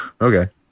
Okay